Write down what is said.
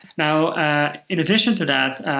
now in addition to that,